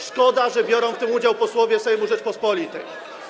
Szkoda, że biorą w tym udział posłowie Sejmu Rzeczypospolitej.